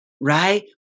Right